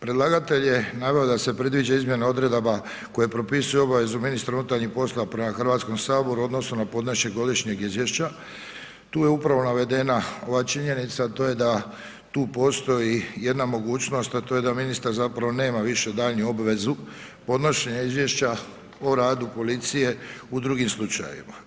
Predlagatelj je naveo da se predviđa izmjena odredaba koje propisuju obvezu ministru unutarnjih poslova prema Hrvatskom saboru u odnosu podnošenje godišnjeg izvješća, tu je upravo navedena ova činjenica a to je da tu postoji jedna mogućnost a to je da ministar zapravo nema više daljnju obvezu podnošenja izvješća o radu policije u drugim slučajevima.